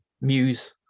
Muse